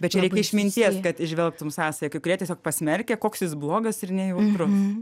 bet čia reikia išminties kad įžvelgtum sąsają kai kurie tiesiog pasmerkia koks jis blogas ir nejautrus